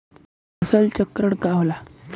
फसल चक्रण का होला?